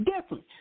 different